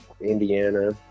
Indiana